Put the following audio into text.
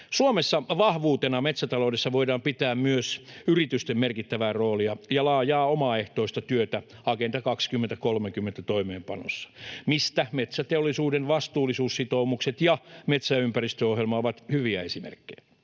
Suomessa vahvuutena metsätaloudessa voidaan pitää myös yritysten merkittävää roolia ja laajaa omaehtoista työtä Agenda 2030:n toimeenpanossa, mistä metsäteollisuuden vastuullisuussitoumukset ja metsäympäristöohjelma ovat hyviä esimerkkejä.